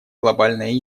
глобальная